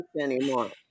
anymore